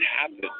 happen